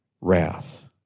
wrath